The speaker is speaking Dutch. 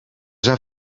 zijn